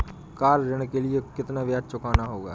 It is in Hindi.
कार ऋण के लिए कितना ब्याज चुकाना होगा?